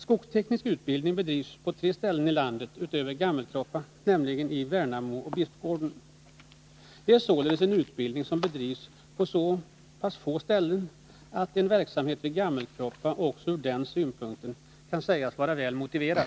Skogsteknisk utbildning bedrivs på tre ställen i landet — förutom i Gammelkroppa i Värnamo och i Bispgården. Det är således en utbildning som bedrivs på så pass få ställen att verksamheten vid Gammelkroppa också ur den synpunkten kan sägas vara väl motiverad.